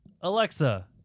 Alexa